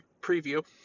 preview